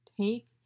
Take